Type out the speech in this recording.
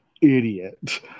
idiot